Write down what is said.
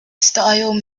style